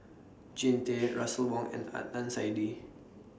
Jean Tay Russel Wong and Adnan Saidi